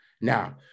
Now